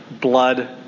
blood